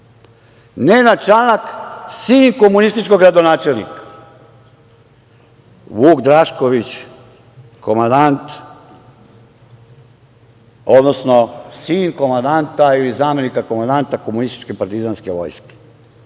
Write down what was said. Nenad Čanak, sin komunističkog gradonačelnika, Vuk Drašković, komandant, odnosno sin komandanta ili zamenika komandanta komunističke partizanske